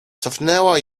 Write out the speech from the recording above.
cofnęła